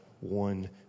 one